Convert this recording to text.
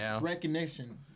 recognition